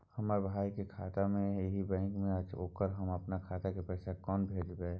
हमर भाई के खाता भी यही बैंक में छै ओकरा हम अपन खाता से पैसा केना भेजबै?